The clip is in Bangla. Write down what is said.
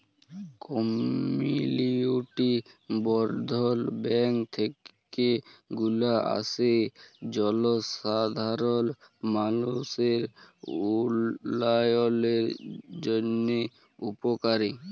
কমিউলিটি বর্ধল ব্যাঙ্ক যে গুলা আসে জলসাধারল মালুষের উল্যয়নের জন্হে উপকারী